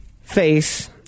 face